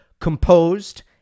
Composed